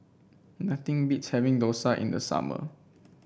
nothing beats having dosa in the summer